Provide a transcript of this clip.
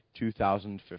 2015